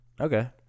Okay